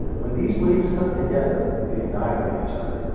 when these waves come together, they annihilate each other.